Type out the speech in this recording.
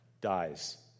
dies